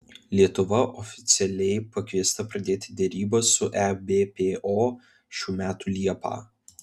lietuva oficialiai pakviesta pradėti derybas su ebpo šių metų liepą